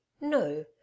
No